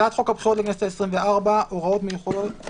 הצעת חוק הבחירות לכנסת העשרים וארבע (הוראות מיוחדות),